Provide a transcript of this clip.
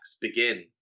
begin